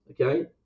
Okay